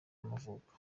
y’amavuko